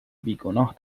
بیگناه